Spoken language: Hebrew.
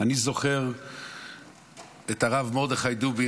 אני זוכר את הרב מרדכי דובין,